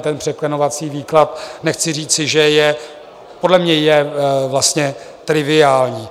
Ten překlenovací výklad, nechci říci podle mne je vlastně triviální.